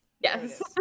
yes